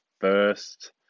first